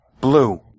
Blue